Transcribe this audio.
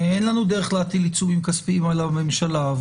אין לנו דרך להטיל עיצומים כספים על הממשלה.